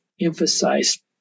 emphasized